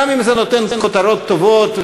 גם אם זה נותן כותרות טובות,